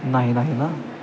नाही नाही ना